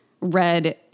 read